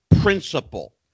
principle